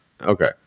Okay